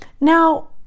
Now